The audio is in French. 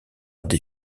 des